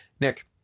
Nick